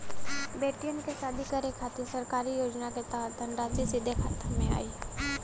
बेटियन के शादी करे के खातिर सरकारी योजना के तहत धनराशि सीधे खाता मे आई?